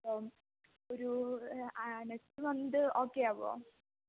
അപ്പോള് ഒരു next month ഓക്കെയാകുമോ